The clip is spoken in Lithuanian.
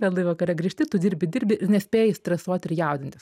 vėlai vakare grįžti tu dirbi dirbi ir nespėji stresuot ir jaudintis